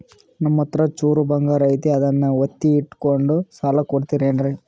ನಮ್ಮಹತ್ರ ಚೂರು ಬಂಗಾರ ಐತಿ ಅದನ್ನ ಒತ್ತಿ ಇಟ್ಕೊಂಡು ಸಾಲ ಕೊಡ್ತಿರೇನ್ರಿ?